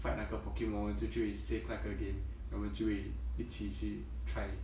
fight 那个 pokemon 我们就会 save 那个 game then 我们就会一起去 try